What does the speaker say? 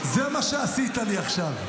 זה מה שעשית לי עכשיו.